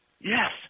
Yes